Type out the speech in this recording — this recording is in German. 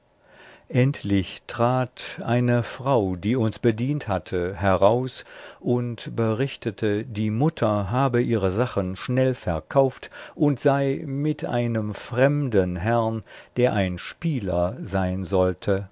endlich trat eine frau die uns bedient hatte heraus und berichtete die mutter habe ihre sachen schnell verkauft und sei mit einem fremden herrn der ein spieler sein sollte